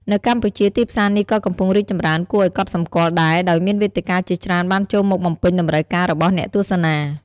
នៅកម្ពុជា ទីផ្សារនេះក៏កំពុងរីកចម្រើនគួរឲ្យកត់សម្គាល់ដែរ ដោយមានវេទិកាជាច្រើនបានចូលមកបំពេញតម្រូវការរបស់អ្នកទស្សនា។